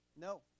No